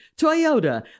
Toyota